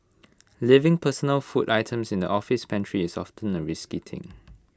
leaving personal food items in the office pantry is often A risky thing